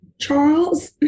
charles